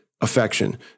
affection